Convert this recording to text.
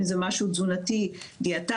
אם זה משהו תזונתי דיאטניות,